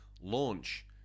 launch